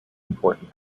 important